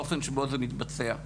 באופן שבו זה מתבצע.